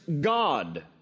God